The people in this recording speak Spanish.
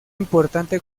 importante